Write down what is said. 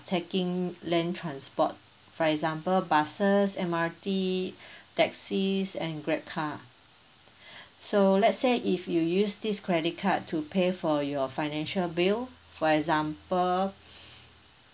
taking land transport for example buses M_R_T taxis and grab car so let's say if you use this credit card to pay for your financial bill for example